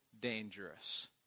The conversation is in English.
dangerous